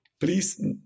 please